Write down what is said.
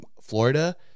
Florida